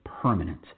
permanent